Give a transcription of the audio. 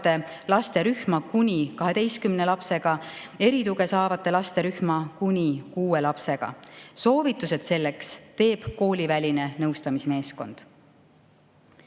laste rühma kuni 12 lapsega, erituge saavate laste rühma kuni kuue lapsega. Soovitused selleks teeb kooliväline nõustamismeeskond.